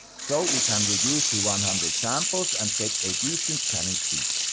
so we can reduce to one hundred samples and get a decent scanning speed.